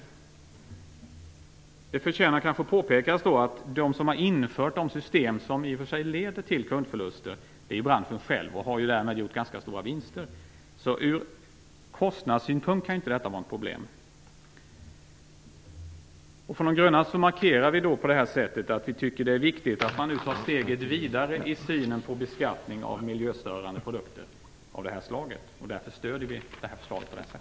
Det kanske förtjänar att påpekas att de som har infört de system som i och för sig leder till kundförluster är branschen själv, som därmed gjort ganska stora vinster. Därför kan inte detta vara något problem från kostnadssynpunkt. Från De grönas sida markerar vi på detta sätt att vi tycker att det är viktigt att man nu tar steget vidare i synen på beskattning av miljöstörande produkter av detta slag. Därför stöder vi förslaget.